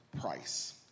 price